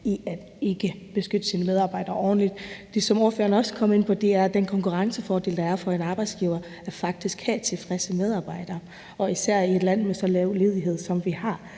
i ikke at beskytte sine medarbejdere ordentligt. Det, som ordføreren også kom ind på, var, at den konkurrencefordel, der er for en arbejdsgiver, faktisk er at have tilfredse medarbejdere. Især i et land med så lav ledighed, som vi har,